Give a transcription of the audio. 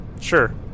sure